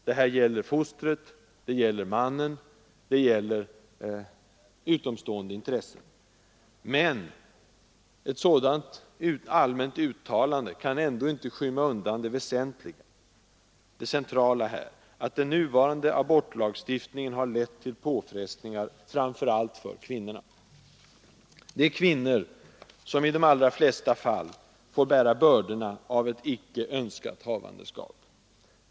Det här gäller fostret, det gäller mannen, det gäller utomstående intressen. Men ett sådant allmänt uttalande kan ändå inte skymma det centrala — att den nuvarande abortlagstiftningen har lett till påfrestningar framför allt för kvinnorna. Det är kvinnor som i de allra flesta fall får bära bördorna av ett icke önskat havandeskap.